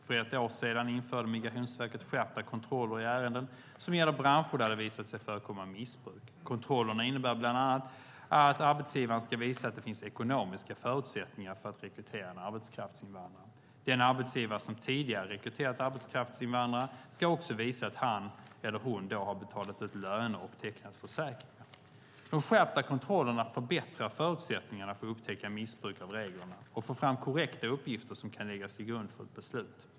För ett år sedan införde Migrationsverket skärpta kontroller i ärenden som gäller branscher där det har visat sig förekomma missbruk. Kontrollerna innebär bland annat att arbetsgivaren ska visa att det finns ekonomiska förutsättningar för att rekrytera en arbetskraftsinvandrare. Den arbetsgivare som tidigare har rekryterat arbetskraftsinvandrare ska också visa att han eller hon då har betalat ut löner och tecknat försäkringar. De skärpta kontrollerna förbättrar förutsättningarna för att upptäcka missbruk av reglerna och få fram korrekta uppgifter som kan läggas till grund för ett beslut.